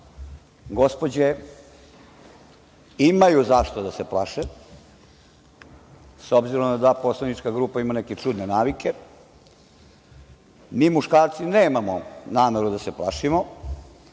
gospođe imaju zašto da se plaše, s obzirom da poslanička grupa ima neke čudne navike. Mi muškarci nemamo nameru da se plašimo,